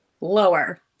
lower